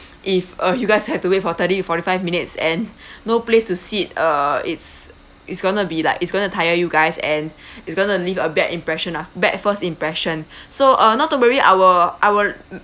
if uh you guys have to wait for thirty forty five minutes and no place to sit uh it's it's going to be like it's going to tire you guys and it's going to leave a bad impression lah bad first impression so uh not to worry I'll I'll